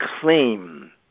claim